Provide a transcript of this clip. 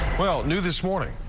well new this morning,